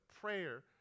prayer